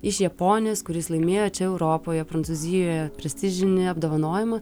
iš japonijos kuris laimėjo čia europoje prancūzijoje prestižinį apdovanojimą